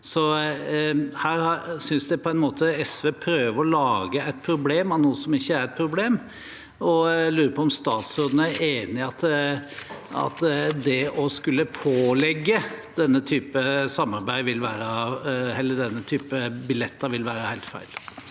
Her synes jeg på en måte SV prøver å lage et problem av noe som ikke er et problem. Jeg lurer på om statsråden er enig i at det å skulle pålegge slike billetter vil være helt feil.